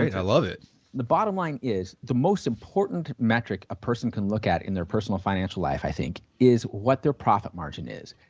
i love it the bottom line is the most important metric a person can look at in their personal financial life i think is what their profit margin is.